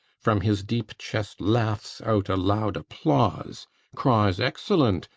from his deep chest laughs out a loud applause cries excellent!